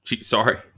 Sorry